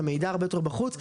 המידע הרבה יותר בחוץ.